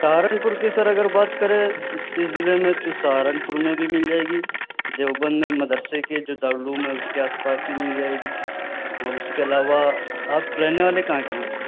سہارنپور کی سر اگر بات کریں اس ضلعے میں تو سہارنپور میں بھی مل جائے گی دیوبند میں مدرسے کے جو دار العلوم ہے اس کے آس پاس بھی مل جائے گی اور اس کے علاوہ آپ رہنے والے کہاں کے ہیں ویسے